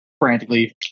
frantically